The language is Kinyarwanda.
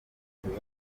ariko